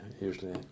usually